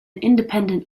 independent